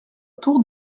tour